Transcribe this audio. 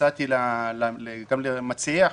ומציעי החוק,